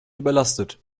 überlastet